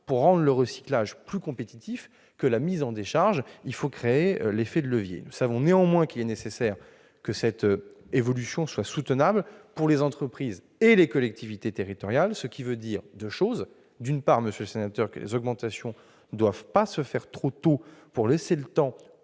Pour rendre le recyclage plus compétitif que la mise en décharge, il faut créer l'effet de levier. Nous le savons, il est néanmoins nécessaire que cette évolution soit soutenable pour les entreprises et les collectivités territoriales. Cela signifie deux choses : d'une part, monsieur le sénateur, les augmentations ne doivent pas avoir lieu trop tôt, pour laisser le temps